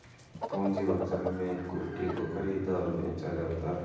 पूंजी बाजार में इक्विटी को ख़रीदा और बेचा जाता है